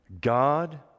God